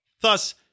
thus